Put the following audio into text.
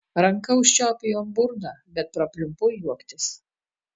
ranka užčiaupiu jam burną bet prapliumpu juoktis